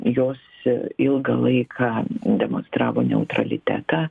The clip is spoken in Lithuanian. jos ilgą laiką demonstravo neutralitetą